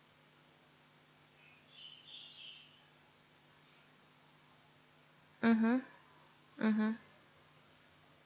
mmhmm mmhmm